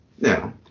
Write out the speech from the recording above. Now